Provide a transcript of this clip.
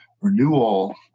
renewal